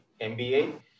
MBA